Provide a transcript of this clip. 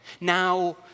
Now